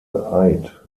eid